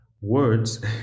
Words